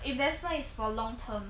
investment is for long term